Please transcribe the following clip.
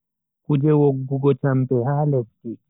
Kuje woggugo champe ha lesdi.